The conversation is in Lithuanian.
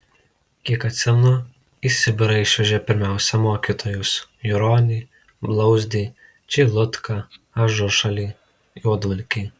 kiek atsimenu į sibirą išvežė pirmiausia mokytojus juronį blauzdį čeilutką ažušilį juodvalkį